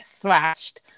thrashed